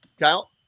Kyle